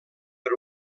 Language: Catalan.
per